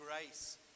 grace